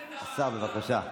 השר, בבקשה.